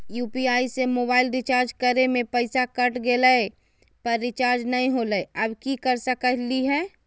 UPI से mobile recharge करे में पैसा कट गेलई, पर रिचार्ज नई होलई, अब की कर सकली हई?